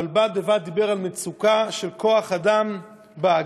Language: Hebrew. אבל בד בבד דיבר על מצוקה של כוח-אדם באגף,